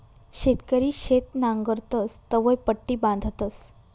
शेतकरी शेत नांगरतस तवंय पट्टी बांधतस